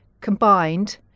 combined